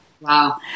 Wow